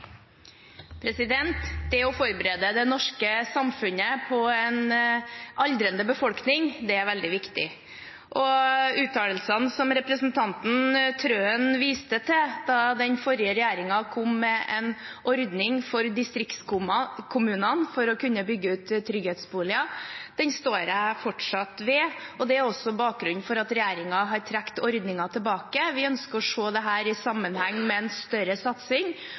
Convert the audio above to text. Det å forberede det norske samfunnet på en aldrende befolkning er veldig viktig. Uttalelsen som representanten Trøen viste til, da den forrige regjeringen kom med en ordning for at distriktskommunene kunne bygge ut trygghetsboliger, står jeg fortsatt ved. Det er også bakgrunnen for at regjeringen har trukket ordningen tilbake. Vi ønsker å se dette i sammenheng med en større satsing